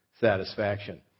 satisfaction